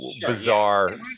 bizarre